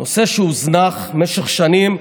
היא נושא שהוזנח במשך שנים,